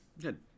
good